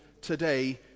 today